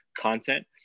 content